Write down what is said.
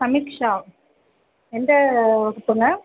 சமிக்ஷா எந்த வகுப்புங்க